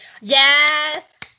Yes